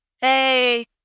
hey